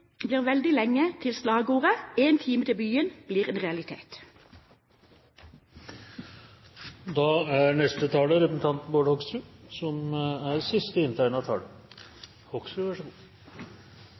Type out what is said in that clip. blir veldig lenge til slagordet, «Ei time til byen», blir en realitet. Da er neste taler Bård Hoksrud, som er siste inntegnede taler.